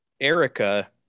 Erica